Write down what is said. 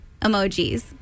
emojis